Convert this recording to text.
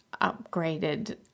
upgraded